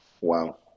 Wow